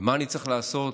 ומה אני צריך לעשות